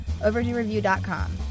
OverdueReview.com